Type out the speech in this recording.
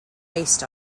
based